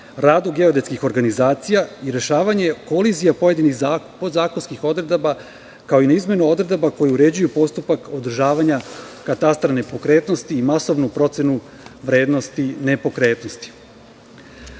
radu geodetskih organizacija i rešavanje kolizije pojedinih podzakonskih odredaba, kao i na izmene odredaba koje uređuju postupak održavanja katastra nepokretnosti i masovnu procenu vrednosti nepokretnosti. Članom